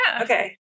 Okay